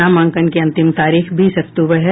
नामांकन की अंतिम तारीख बीस अक्टूबर है